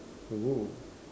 !woo!